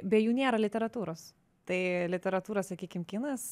be jų nėra literatūros tai literatūra sakykim kinas